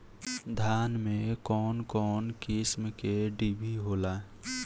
धान में कउन कउन किस्म के डिभी होला?